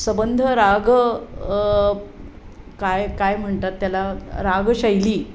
संबंध राग काय काय म्हणतात त्याला रागशैली